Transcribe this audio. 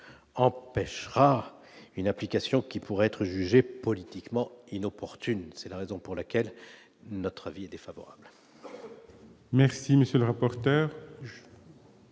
empêchera une application qui pourrait être jugée politiquement inopportune, c'est la raison pour laquelle notre avis défavorable. Merci, monsieur le rapporteur.